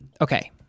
okay